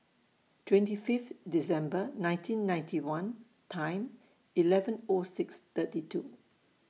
twenty Fifth December nineteen ninety one Time eleven O six thirty two